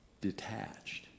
detached